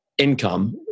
income